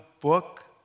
book